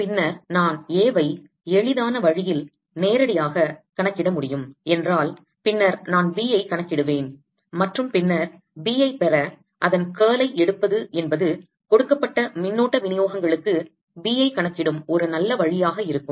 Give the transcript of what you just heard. பின்னர் நான் A வை எளிதான வழியில் நேரடியாக ஒரு கணக்கிட முடியும் என்றால் பின்னர் நான் B ஐ கணக்கிடுவேன் மற்றும் பின்னர் B ஐ பெற அதன் curl ஐ எடுப்பது என்பது கொடுக்கப்பட்ட மின்னோட்ட விநியோகங்களுக்கு B ஐ கணக்கிடும் ஒரு நல்ல வழியாக இருக்கும்